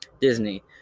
Disney